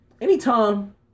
anytime